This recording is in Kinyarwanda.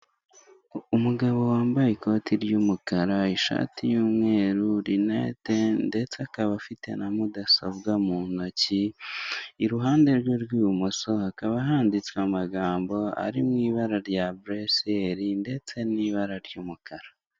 Umugabo wambaye ikoti ry'umukara ishati y'umweru linete ndetse akaba afite na mudasobwa mu ntoki, iruhande rwe rw'ibumoso hakaba handitswe amagambo ari mu ibara rya buresiyeli ndetse n'ibara ry'umukara.